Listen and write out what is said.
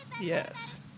Yes